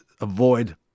avoid